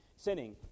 Sinning